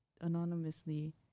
anonymously